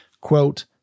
Quote